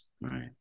Right